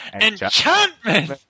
Enchantment